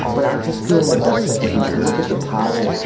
but i'm just doing the best i can do to look at the positives.